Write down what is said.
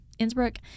Innsbruck